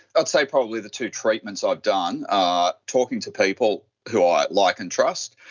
i'd say probably the two treatments i've done are talking to people who i like and trust,